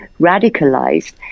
radicalized